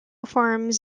farms